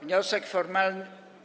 Wniosek formalny.